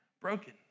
broken